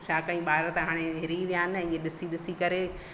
छा कयूं ॿार त हाणे हिरी विया न इएं ई ॾिसी ॾिसी करे